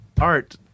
art